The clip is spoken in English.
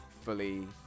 fully